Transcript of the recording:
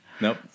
Nope